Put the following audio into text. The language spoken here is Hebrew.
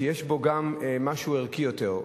שיש בו גם משהו ערכי יותר,